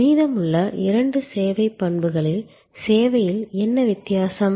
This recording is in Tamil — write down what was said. மீதமுள்ள இரண்டு சேவை பண்புகளில் சேவையில் என்ன வித்தியாசம்